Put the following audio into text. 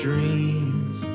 Dreams